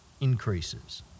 increases